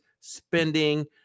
spending